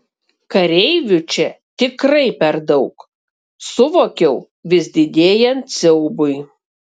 kareivių čia tikrai per daug suvokiau vis didėjant siaubui